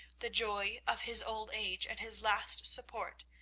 the joy of his old age, and his last support,